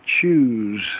choose